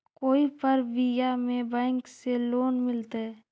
कोई परबिया में बैंक से लोन मिलतय?